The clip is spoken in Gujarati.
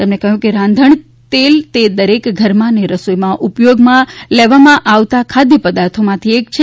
તેમણે કહ્યું કે રાંધણતેલ એ દરેક ઘરમાં અને રસોઇમાં ઉપયોગમાં લેવામાં આવતાં ખાદ્યપદાર્થોમાંથી એક છે